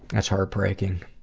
that's heartbreaking.